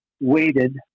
weighted